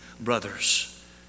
brothers